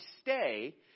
stay